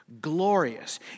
glorious